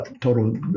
total